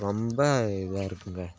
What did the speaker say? ரொம்ப இதாக இருக்குதுங்க